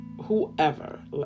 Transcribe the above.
whoever